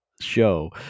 show